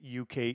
UK